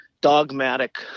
dogmatic